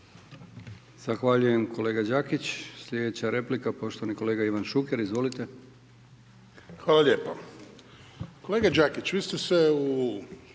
Zahvaljujem kolega Đakić. Sljedeća replika poštovani kolega Ivan Šuker. Izvolite. **Šuker, Ivan (HDZ)** Hvala lijepo. Kolega Đakić vi ste se u